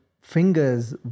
fingers